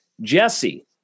Jesse